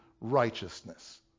righteousness